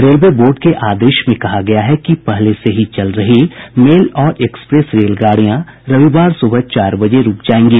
railway board के आदेश में कहा गया है कि पहले से ही चल रही मेल और एक्सप्रेस रेलगाड़ियां रविवार सुबह चार बजे रुक जाएंगी